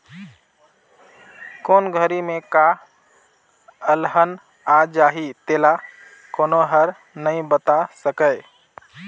कोन घरी में का अलहन आ जाही तेला कोनो हर नइ बता सकय